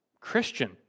Christian